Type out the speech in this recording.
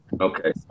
Okay